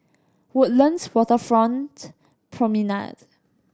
Woodlands Waterfront Promenade